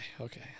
okay